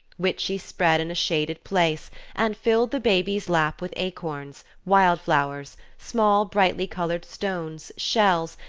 which she spread in a shaded place and filled the baby's lap with acorns, wild flowers, small brightly coloured stones, shells,